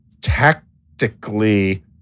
tactically